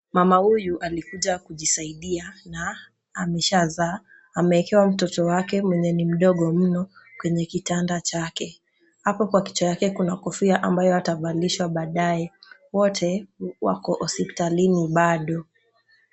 Mama huyu alikuja kujisaidia na ameshazaa na ameekewa mtoto wake mwenye ni mdogo mno kwenye kitanda chake. Hapo kwa kichwa yake kuna kofia ambayo atavalishwa baadaye wote wako hospitalini bado.